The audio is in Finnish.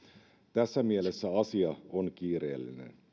tässä mielessä asia on kiireellinen